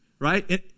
Right